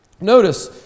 Notice